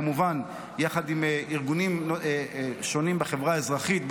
כמובן יחד עם ארגונים שונים בחברה האזרחית,